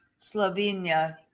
Slovenia